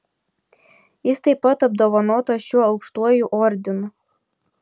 jis taip pat apdovanotas šiuo aukštuoju ordinu